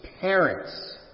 parents